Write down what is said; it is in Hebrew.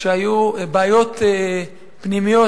כשהיו בעיות פנימיות,